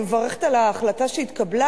אני מברכת על ההחלטה שהתקבלה,